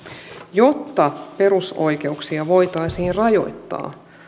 jotta perusoikeuksia voitaisiin rajoittaa